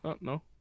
No